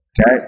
Okay